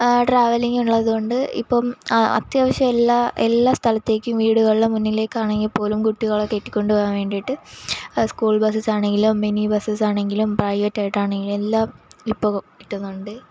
travelling ഉള്ളതുകൊണ്ട് ഇപ്പോള് അത്യാവശ്യം എല്ലാ എല്ലാ എല്ലാ സ്ഥലത്തേക്കും വീടുകളിലെ മുന്നിലേക്കാണെങ്കില് പോലും കുട്ടികളെ കയറ്റി കൊണ്ടുപോകാൻ വേണ്ടിയിട്ട് സ്കൂൾ ബസ്സസാണെങ്കിലും മിനി ബസ്സസാണെങ്കിലും പ്രൈവറ്റായിട്ടാണെങ്കില് എല്ലാം ഇപ്പോള് കിട്ടുന്നുണ്ട്